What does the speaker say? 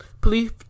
police